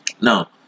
Now